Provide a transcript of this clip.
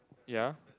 ya